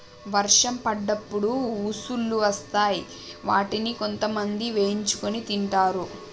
వర్షం పడ్డప్పుడు ఉసుల్లు వస్తాయ్ వాటిని కొంతమంది వేయించుకొని తింటరు